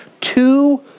two